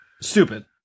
Stupid